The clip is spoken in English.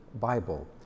Bible